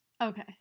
Okay